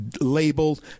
labeled